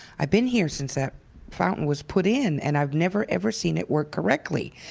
i've been here since that fountain was put in and i've never ever seen it work correctly.